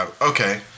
Okay